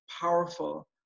powerful